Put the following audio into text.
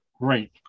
great